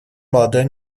молодое